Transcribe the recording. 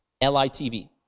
L-I-T-V